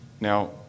Now